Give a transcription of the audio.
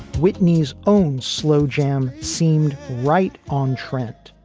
whitney's own slow jam seemed right on trend,